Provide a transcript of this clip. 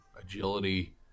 agility